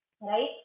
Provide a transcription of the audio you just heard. right